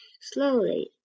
slowly